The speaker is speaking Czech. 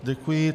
Děkuji.